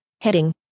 Heading